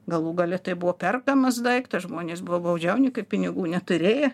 galų gale tai buvo perkamas daiktas žmonės buvo baudžiauninkai pinigų neturėję